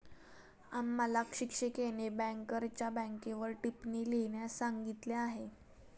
आम्हाला शिक्षिकेने बँकरच्या बँकेवर टिप्पणी लिहिण्यास सांगितली आहे